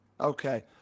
Okay